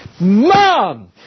Mom